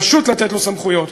פשוט לתת לו סמכויות.